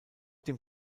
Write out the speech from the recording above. dem